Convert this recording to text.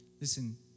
listen